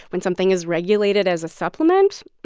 when something is regulated as a supplement